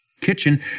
kitchen